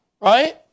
Right